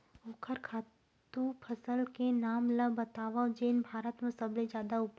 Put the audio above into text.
ओखर खातु फसल के नाम ला बतावव जेन भारत मा सबले जादा उपज?